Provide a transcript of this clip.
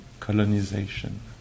colonization